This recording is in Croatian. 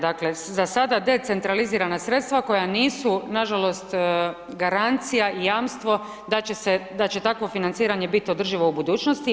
Dakle, za sada decentralizirana sredstva koja nisu na žalost garancija i jamstvo da će se takvo financiranje biti održivo u budućnosti.